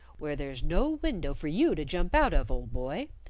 where there's no window for you to jump out of, old boy,